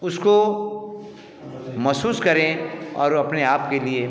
उसको महसूस करें और अपने आप के लिए